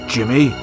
Jimmy